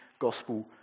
gospel